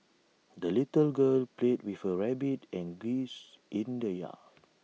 the little girl played with her rabbit and geese in the yard